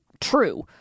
true